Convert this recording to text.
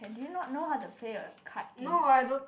do you not know how to play a card game